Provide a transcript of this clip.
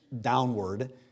downward